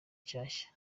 shyashya